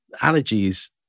allergies